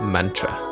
Mantra